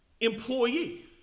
employee